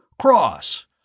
Cross